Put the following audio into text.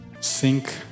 sink